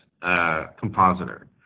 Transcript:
compositor